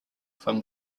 from